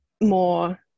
more